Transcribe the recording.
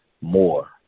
more